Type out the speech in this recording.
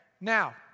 Now